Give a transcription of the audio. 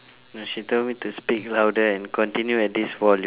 no she told me to speak louder and continue at this volume